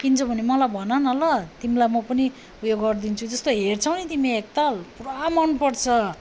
किन्छौ भने मलाई भनन ल तिमीलाई म पनि उयो गरिदिन्छु जस्तो हेर्छौ नि तिमी एकताल पुरा मनपर्छ